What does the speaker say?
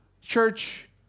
church